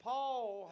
Paul